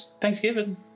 Thanksgiving